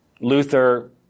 Luther